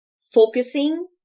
Focusing